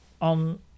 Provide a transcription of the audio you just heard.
on